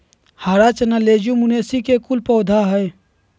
हरा चना लेज्युमिनेसी कुल के पौधा हई